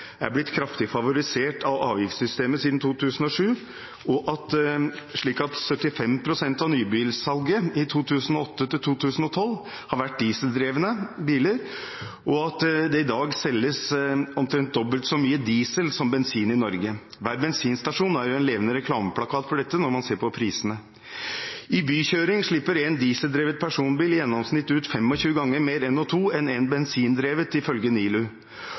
er at dieseldrevne biler er blitt kraftig favorisert av avgiftssystemet siden 2007, slik at 75 pst. av nybilsalget i perioden 2008–2012 har vært dieseldrevne biler, og at det i dag selges omtrent dobbelt så mye diesel som bensin i Norge. Hver bensinstasjon er jo en levende reklameplakat for dette når man ser på prisene. Ved bykjøring slipper en dieseldrevet personbil ut i gjennomsnitt 25 ganger mer NO2 enn en bensindrevet bil, ifølge NILU.